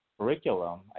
curriculum